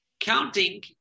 counting